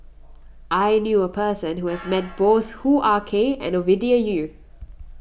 I knew a person who has met both Hoo Ah Kay and Ovidia Yu